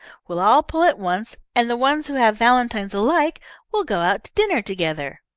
we'll all pull at once, and the ones who have valentines alike will go out to dinner together.